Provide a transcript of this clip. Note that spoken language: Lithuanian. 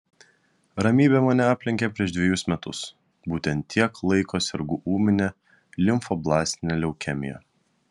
ramybė mane aplenkė prieš dvejus metus būtent tiek laiko sergu ūmine limfoblastine leukemija